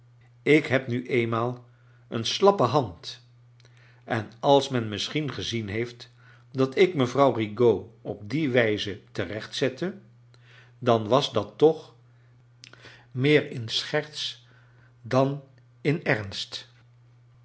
ik heb nu eenmaal een slappe hand en als men misschien gezien heeft dat ik mevrouw rigaud op die wijze terecht zette dan was dat toch meer in scherts dan in ernst